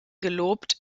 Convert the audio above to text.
gelobt